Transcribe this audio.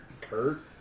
Kurt